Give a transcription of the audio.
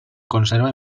conserva